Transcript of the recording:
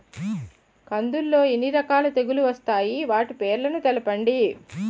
కందులు లో ఎన్ని రకాల తెగులు వస్తాయి? వాటి పేర్లను తెలపండి?